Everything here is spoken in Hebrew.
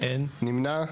מי נמנע?